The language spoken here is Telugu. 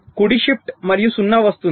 కుడి షిఫ్ట్ మరియు 0 వస్తుంది